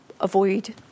avoid